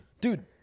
Dude